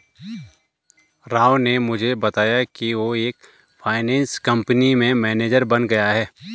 राव ने मुझे बताया कि वो एक फाइनेंस कंपनी में मैनेजर बन गया है